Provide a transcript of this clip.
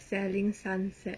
selling sunset